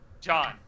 John